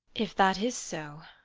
if that is so,